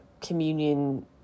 communion